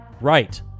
Right